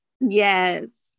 Yes